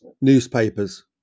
newspapers